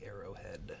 arrowhead